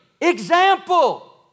example